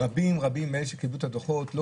רבים-רבים מאלה שקיבלו את הדוחות לא